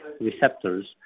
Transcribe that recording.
receptors